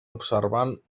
observant